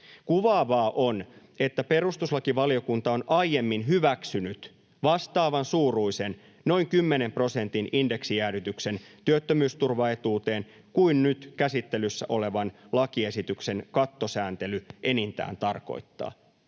Kuvaavaa on, että perustuslakivaliokunta on aiemmin hyväksynyt vastaavan suuruisen, noin kymmenen prosentin indeksijäädytyksen työttömyysturvaetuuteen kuin nyt käsittelyssä olevan lakiesityksen kattosääntely enintään tarkoittaa.